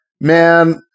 man